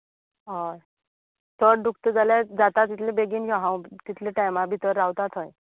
होय चड दुखता जाल्यार जाता तितले बेगीन यो हांव तुका तितले टायमा भितर रावता थंय